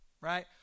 right